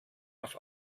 auf